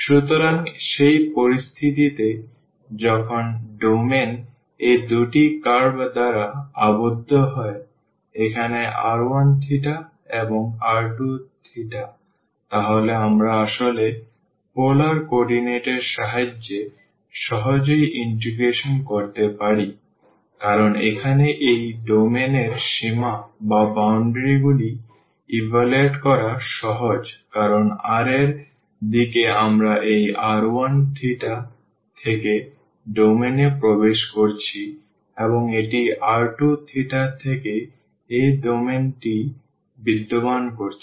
সুতরাং সেই পরিস্থিতিতে যখনই ডোমেইন এই দুটি কার্ভ দ্বারা আবদ্ধ হয় এখানে r1θ এবং r2θ তাহলে আমরা আসলে পোলার কোঅর্ডিনেট এর সাহায্যে সহজেই ইন্টিগ্রেশন করতে পারি কারণ এখানে এই ডোমেইন এর সীমাগুলি ইভালুয়েট করা সহজ কারণ r এর দিকে আমরা এই r1θ থেকে ডোমেইন এ প্রবেশ করছি এবং এটি r2θ থেকে এই ডোমেইনটি বিদ্যমান করছি